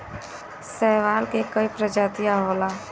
शैवाल के कई प्रजाति होला